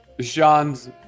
Sean's